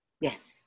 Yes